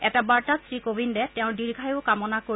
এটা বাৰ্তাত শ্ৰীকোবিন্দে তেওঁৰ দীৰ্ঘায়ু কামনা কৰে